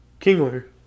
Kingler